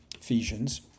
Ephesians